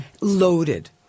loaded